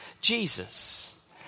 Jesus